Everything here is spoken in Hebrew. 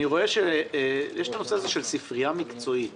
אני רואה כאן סעיף על ספרייה מקצועית